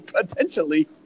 potentially